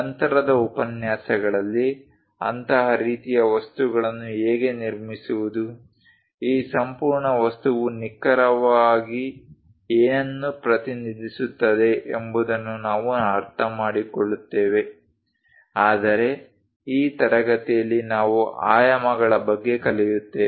ನಂತರದ ಉಪನ್ಯಾಸಗಳಲ್ಲಿ ಅಂತಹ ರೀತಿಯ ವಸ್ತುಗಳನ್ನು ಹೇಗೆ ನಿರ್ಮಿಸುವುದು ಈ ಸಂಪೂರ್ಣ ವಸ್ತುವು ನಿಖರವಾಗಿ ಏನನ್ನು ಪ್ರತಿನಿಧಿಸುತ್ತದೆ ಎಂಬುದನ್ನು ನಾವು ಅರ್ಥಮಾಡಿಕೊಳ್ಳುತ್ತೇವೆ ಆದರೆ ಈ ತರಗತಿಯಲ್ಲಿ ನಾವು ಆಯಾಮಗಳ ಬಗ್ಗೆ ಕಲಿಯುತ್ತೇವೆ